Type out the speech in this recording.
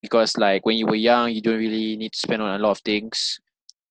because like when you were young you don't really need to spend on a lot of things